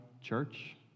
church